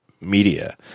media